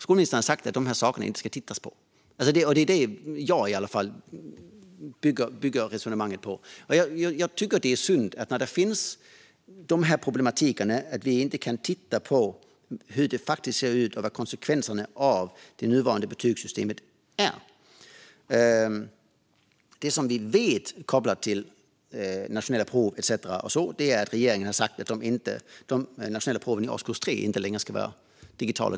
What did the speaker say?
Skolministern har sagt att de här sakerna inte ska tittas på, och det är i alla fall vad jag bygger resonemanget på. Jag tycker att det är synd när de här problematikerna finns att vi inte kan titta på hur det faktiskt ser ut och vilka konsekvenserna av det nuvarande betygssystemet är. Det som vi vet, kopplat till nationella prov etcetera, är att regeringen har sagt att de nationella proven i årskurs 3 inte längre ska vara digitala.